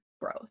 growth